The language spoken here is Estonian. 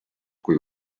kui